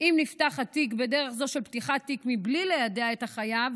אם נפתח התיק בדרך זו של פתיחת תיק בלי ליידע את החייב,